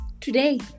Today